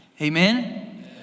Amen